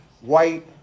white